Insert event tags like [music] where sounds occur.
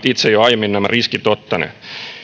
[unintelligible] itse jo aiemmin ottaneet